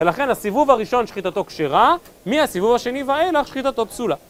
ולכן הסיבוב הראשון שחיטתו קשרה, מהסיבוב השני ואילך שחיטתו פסולה.